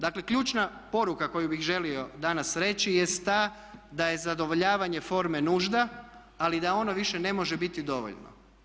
Dakle ključna poruka koju bih želio danas reći jest ta da je zadovoljavanje forme nužna ali da ono više ne može biti dovoljno.